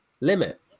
limit